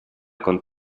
con